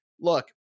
look